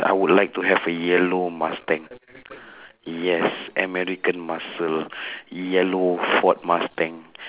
I would like to have a yellow mustang yes american muscle yellow ford mustang